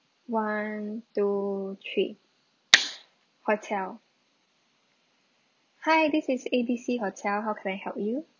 one two three hotel hi this is A B C hotel how can I help you